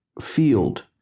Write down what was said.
field